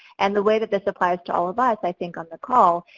and the way that this applies to all of us, i think on the call,